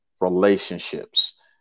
relationships